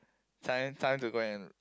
time time to go and